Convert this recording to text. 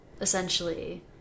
essentially